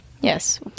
yes